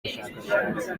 bushakashatsi